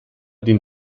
den